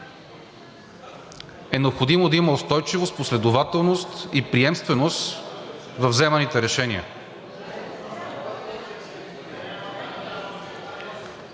е необходимо да има устойчивост, последователност и приемственост във вземаните решения.